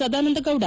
Sadananda Gowda